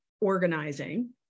organizing